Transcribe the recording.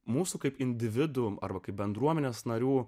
mūsų kaip individų arba kaip bendruomenės narių